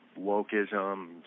wokeism